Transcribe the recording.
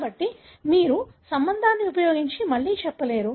కాబట్టి మీరు సంబంధాన్ని ఉపయోగించి మళ్లీ చెప్పలేరు